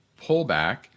pullback